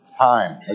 time